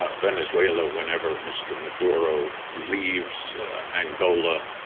ah venezuela, whenever mr. maduro leaves angola.